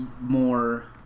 more